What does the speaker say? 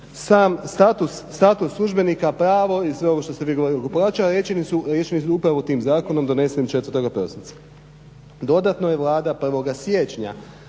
sam status službenika, pravo i sve ovo što ste vi govorili oko plaća rečeni su upravo tim zakonom donesenim 4. prosinca. Dodatno je Vlada 1. siječnja,